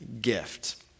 gift